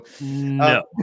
No